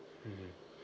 mmhmm